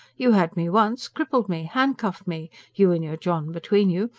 you had me once. crippled me. handcuffed me you and your john between you!